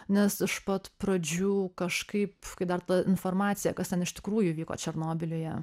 nes iš pat pradžių kažkaip kai dar informacija kas ten iš tikrųjų vyko černobylyje